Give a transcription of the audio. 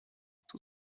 too